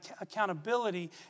accountability